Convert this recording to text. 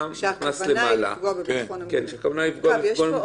לפעול ובלי